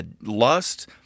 lust